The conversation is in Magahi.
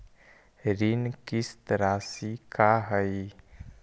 ऋण किस्त रासि का हई?